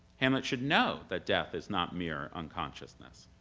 hamlet should know that death is not mere unconsciousness.